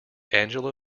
angela